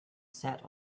sat